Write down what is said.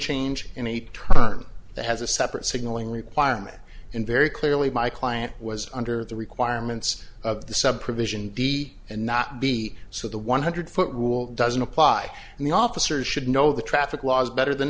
change in a term that has a separate signaling requirement and very clearly my client was under the requirements of the sub provision be and not be so the one hundred foot rule doesn't apply and the officers should know the traffic laws better than